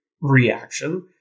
reaction